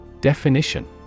Definition